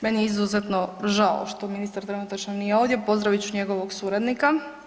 Meni je izuzetno žao što ministar trenutačno nije ovdje, pozdravit ću njegovog suradnika.